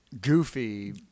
Goofy